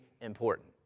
important